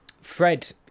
Fred